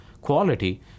quality